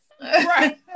Right